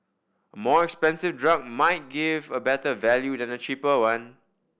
a more expensive drug might give a better value than a cheaper one